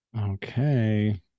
Okay